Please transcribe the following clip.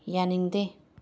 ꯌꯥꯅꯤꯡꯗꯦ